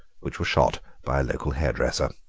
which were shot by a local hairdresser.